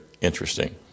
interesting